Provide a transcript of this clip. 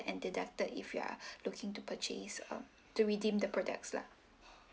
and deducted if you are looking to purchase um to redeem the products lah